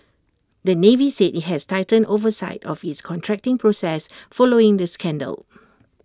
the navy said IT has tightened oversight of its contracting process following this scandal